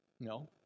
No